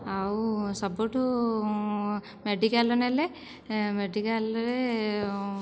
ଆଉ ସବୁଠାରୁ ମେଡ଼ିକାଲ୍ ନେଲେ ଏ ମେଡ଼ିକାଲରେ